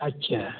अच्छा